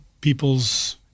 people's